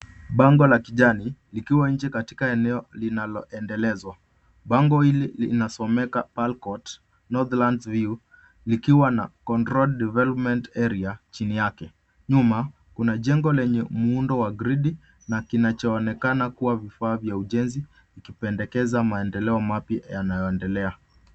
Bango la kijani likiwa nje katika eneo linaloendelezwa. Bango hili linasomeka Palcot Northland's view likiwa na controlled development area chini yake. Nyuma kuna jengo lenye muundo wa gridi na kinachoonekana kuwa vifaa vya ujenzi ikipendekeza maendeleo mapya yanayoendelea.